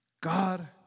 God